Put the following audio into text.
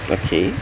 okay